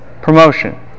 Promotion